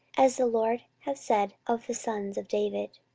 as the lord hath said of the sons of david.